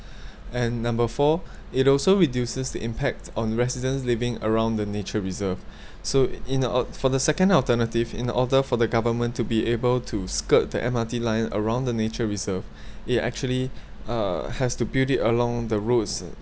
and number four it also reduces the impact on residents living around the nature reserve so in uh for the second alternative in order for the government to be able to skirt the M_R_T line around the nature reserve it actually uh has to built it along the roads